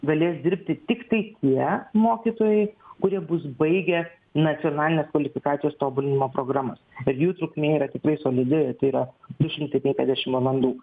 galės dirbti tiktai tie mokytojai kurie bus baigę nacionalinės kvalifikacijos tobulinimo programas ir jų trukmė yra tikrai solidi ir tai yra trys šimtai penkiasdešim valandų